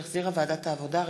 שהחזירה ועדת העבודה,